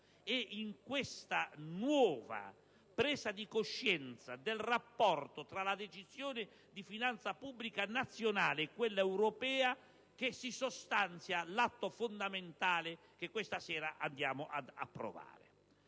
è in questa nuova presa di coscienza del rapporto tra la Decisione di finanza pubblica nazionale e quella europea che si sostanzia l'atto fondamentale che questa sera andiamo ad approvare,